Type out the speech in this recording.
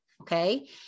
okay